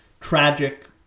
tragic